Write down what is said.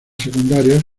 secundarias